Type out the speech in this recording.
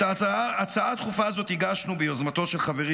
את ההצעה הדחופה הזאת הגשנו ביוזמתו של חברי